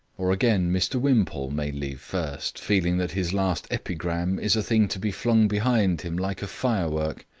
or again, mr wimpole may leave first, feeling that his last epigram is a thing to be flung behind him like a firework.